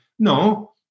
No